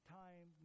time